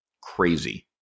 Crazy